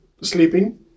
sleeping